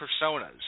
personas